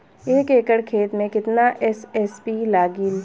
एक एकड़ खेत मे कितना एस.एस.पी लागिल?